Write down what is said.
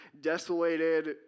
desolated